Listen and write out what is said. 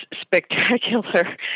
spectacular